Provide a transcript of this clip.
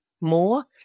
more